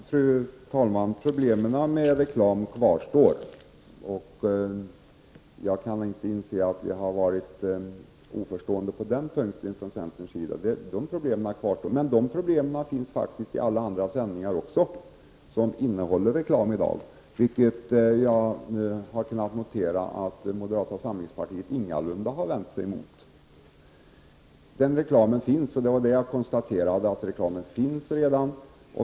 Fru talman! Problemen med reklam kvarstår. Jag kan inte inse att vi från centern har varit oförstående på den punkten. Men dessa problem finns också i alla sändningar som i dag innehåller reklam, vilket jag kan notera att moderata samlingspartiet ingalunda har vänt sig emot.